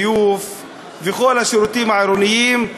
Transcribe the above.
ביוב וכל השירותים העירוניים,